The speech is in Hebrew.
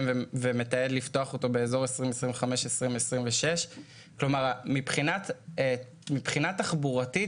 ומתעתד לפתוח אותו באזור 2026-2025. מבחינת תחבורתית,